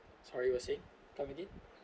sorry you were saying come again